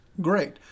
Great